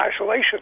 isolation